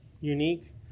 unique